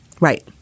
Right